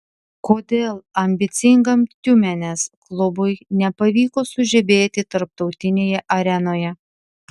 kodėl ambicingam tiumenės klubui nepavyko sužibėti tarptautinėje arenoje